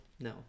No